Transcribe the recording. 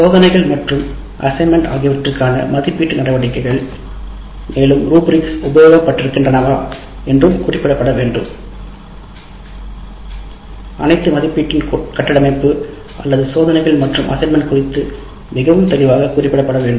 சோதனைகள் மற்றும் பணிகளுக்கான மதிப்பீட்டு நடைமுறைகள் அனைத்து மதிப்பீட்டின் கட்டமைப்பு அல்லது சோதனைகள் மற்றும் பணி மிகவும் தெளிவாக குறிப்பிடப்பட வேண்டும்